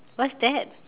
what's that